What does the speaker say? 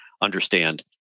understand